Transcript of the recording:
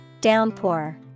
Downpour